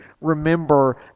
remember